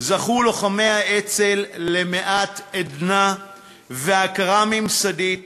זכו לוחמי האצ"ל למעט עדנה והכרה ממסדית